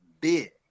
big